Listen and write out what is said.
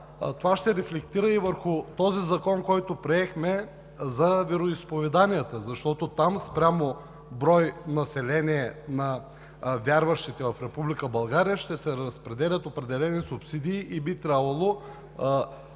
това ще рефлектира и върху този закон, който приехме за вероизповеданията, защото там спрямо брой население на вярващите в Република България ще се разпределят определени субсидии и би трябвало